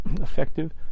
effective